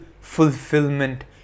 fulfillment